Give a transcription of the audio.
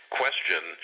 question